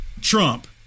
Trump